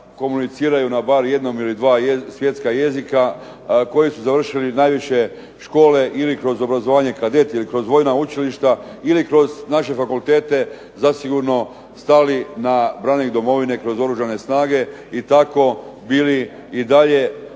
komuniciraju na bar jednom ili dva svjetska jezika, koji su završili najviše škole, ili kroz obrazovanje kadet ili kroz vojska učilišta ili kroz naše fakultete, zasigurno stali na ... domovine i kroz Oružane snage i tako bili i dalje